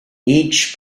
each